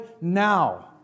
now